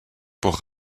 pour